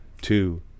two